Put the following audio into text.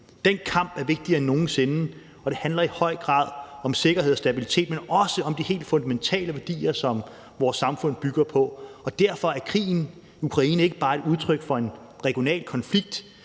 Den kamp er vigtigere end nogen sinde, og den handler i høj grad om sikkerhed og stabilitet, men også om de helt fundamentale værdier, som vores samfund bygger på, og derfor er krigen i Ukraine ikke bare et udtryk for en regional konflikt,